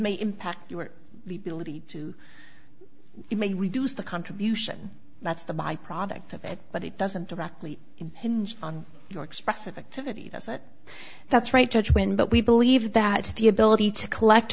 may impact you or you may reduce the contribution that's the byproduct of it but it doesn't directly hinge on your expressive activity that's right judgment but we believe that the ability to collect